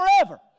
forever